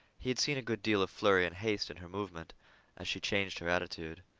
he had seen a good deal of flurry and haste in her movement as she changed her attitude.